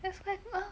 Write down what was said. that's quite